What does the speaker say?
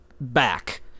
back